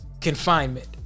Confinement